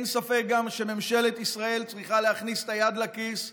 אין ספק גם שממשלת ישראל צריכה להכניס את היד לכיס ולסייע.